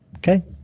Okay